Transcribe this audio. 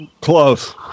Close